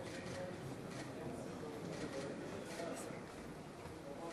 הנכבד מתבקשים לכבד בקימה את כבוד נשיא הפרלמנט